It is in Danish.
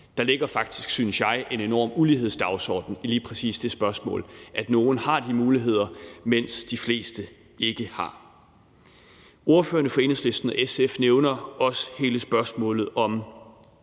Der ligger faktisk, synes jeg, en enorm ulighedsdagsorden i lige præcis det forhold, at nogle har de muligheder, mens de fleste ikke har. Ordførerne fra Enhedslisten og SF nævner også hele spørgsmålet om